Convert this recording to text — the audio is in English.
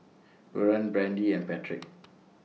Buren Brandy and Patrick